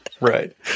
Right